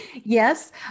Yes